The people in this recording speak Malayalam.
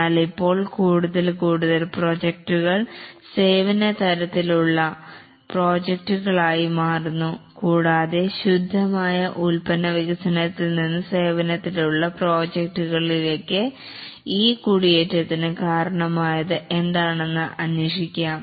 എന്നാൽ ഇപ്പോൾ കൂടുതൽ കൂടുതൽ പ്രോജക്റ്റുകൾ സേവന തരത്തിലുള്ള പ്രോജക്ടുകൾ ആയി മാറുന്നു കൂടാതെ ശുദ്ധമായ ഉൽപ്പന്ന വികസനത്തിൽ നിന്ന് സേവനത്തിനുള്ള പ്രോജക്റ്റുകൾ ഇലേക്ക് ഈ കുടിയേറ്റത്തിന് കാരണമായത് എന്താണെന്ന് അന്വേഷിക്കാം